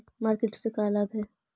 Market से का लाभ है?